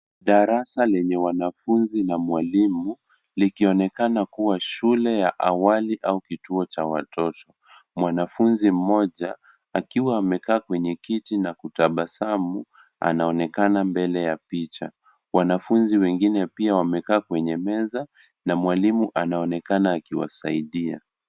Darasa lenye wanafunzi na mwalimu likionekana kuwa shule ya awali au kituo cha watoto. Mwanafunzi mmoja akiwa amekaa kwenye kiti na kutabasamu anaonekana mbele ya picha. Wanafunzi wengine pia wamekaa kwenye meza na mwalimu anaonekana akiwasaidia.